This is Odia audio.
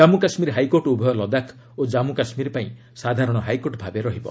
ଜାମ୍ମୁ କାଶ୍ମୀର ହାଇକୋର୍ଟ ଉଭୟ ଲଦାଖ ଓ ଜାନ୍ପୁ କାଶ୍ମୀର ପାଇଁ ସାଧାରଣ ହାଇାକୋର୍ଟ ଭାବେ ରହିବ